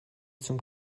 zum